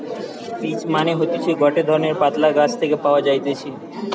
peach মানে হতিছে গটে ধরণের পাতলা গাছ থেকে পাওয়া যাইতেছে